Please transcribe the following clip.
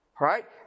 Right